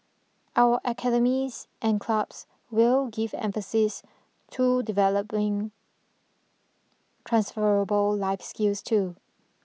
our academies and clubs will give emphases to developing transferable life skills too